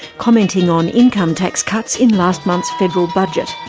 commenting on income tax cuts in last month's federal budget.